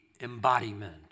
embodiment